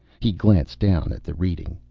he glanced down at the reading.